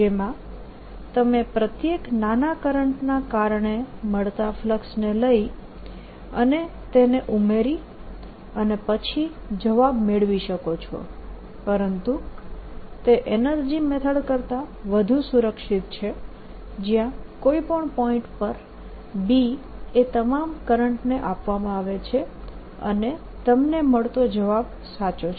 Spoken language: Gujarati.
જેમાં તમે પ્રત્યેક નાના કરંટના કારણે મળતા ફ્લક્સને લઇ અને તેને ઉમેરી અને પછી જવાબ મેળવી શકો છો પરંતુ તે એનર્જી મેથડ કરતા વધુ સુરક્ષિત છે જ્યાં કોઈ પણ પોઇન્ટ પર B એ તમામ કરંટને આપવામાં આવે છે અને તમને મળતો જવાબ સાચો છે